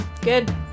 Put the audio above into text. Good